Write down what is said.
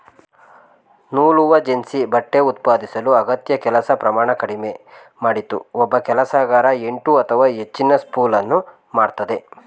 ನೂಲುವಜೆನ್ನಿ ಬಟ್ಟೆ ಉತ್ಪಾದಿಸಲು ಅಗತ್ಯ ಕೆಲಸ ಪ್ರಮಾಣ ಕಡಿಮೆ ಮಾಡಿತು ಒಬ್ಬ ಕೆಲಸಗಾರ ಎಂಟು ಅಥವಾ ಹೆಚ್ಚಿನ ಸ್ಪೂಲನ್ನು ಮಾಡ್ತದೆ